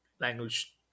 language